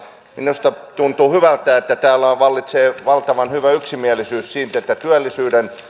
minusta tuntuu hyvältä että täällä vallitsee valtavan hyvä yksimielisyys siitä että työllisyys